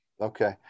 Okay